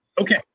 Okay